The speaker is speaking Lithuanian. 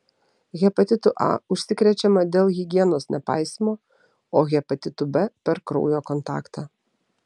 hepatitu a užsikrečiama dėl higienos nepaisymo o hepatitu b per kraujo kontaktą